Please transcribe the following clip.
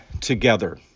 together